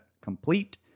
complete